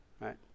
right